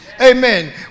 amen